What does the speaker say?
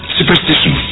superstition